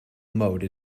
mode